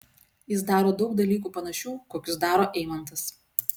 jis daro daug dalykų panašių kokius daro eimantas